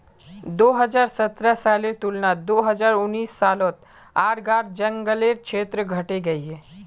दो हज़ार सतरह सालेर तुलनात दो हज़ार उन्नीस सालोत आग्रार जन्ग्लेर क्षेत्र घटे गहिये